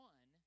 One